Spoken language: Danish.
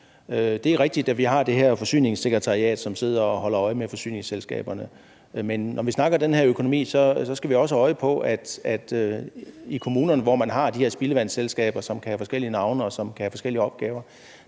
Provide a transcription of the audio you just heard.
Det er rigtigt, at vi har det her Forsyningssekretariat, som sidder og holder øje med forsyningsselskaberne. Men når vi snakker om den her økonomi, skal vi også have øje på, at de i kommunerne, hvor man har de her spildevandsselskaber, som kan have forskellige navne, og som kan have forskellige opgaver,